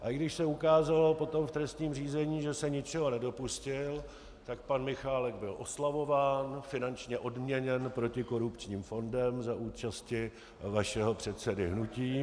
A i když se potom v trestním řízení ukázalo, že se ničeho nedopustil, tak pan Michálek byl oslavován, finančně odměněn protikorupčním fondem za účasti vašeho předsedy hnutí.